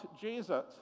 Jesus